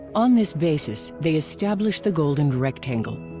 on this basis they established the golden rectangle.